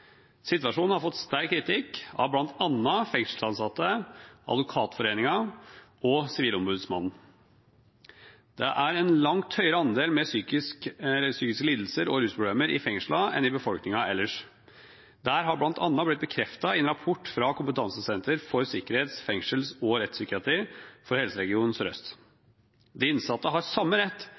Situasjonen har fått sterk kritikk av bl.a. fengselsansatte, Advokatforeningen og Sivilombudsmannen. Det er en langt høyere andel mennesker med psykiske lidelser og rusproblemer i fengslene enn i befolkningen ellers. Det har bl.a. blitt bekreftet i en rapport fra Kompetansesenter for sikkerhets-, fengsels- og rettspsykiatri for Helse Sør-Øst. De innsatte har samme rett